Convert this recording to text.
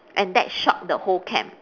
and that shocked the whole camp